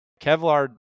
kevlar